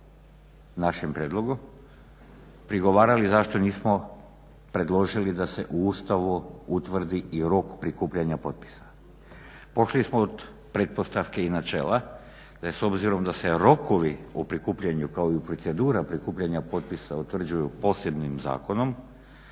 našem prijedlogu prigovarali zašto nismo predložili da se u Ustavu utvrdi i rok prikupljanja potpisa. Pošli smo od pretpostavke i načela da je s obzirom da se rokovi o prikupljanju kao i procedura prikupljanja potpisa utvrđuju posebnim zakonom